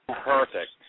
perfect